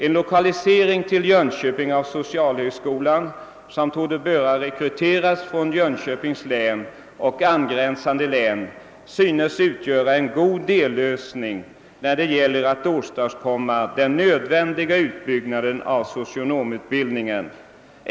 En lokalisering till Jönköping av en socialhögskola, som borde rekryteras från Jönköpings och angränsande län, synes utgöra en god dellösning när det gäller att åstadkomma en utbyggnad av socionomutbildningen.